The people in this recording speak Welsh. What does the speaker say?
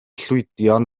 llwydion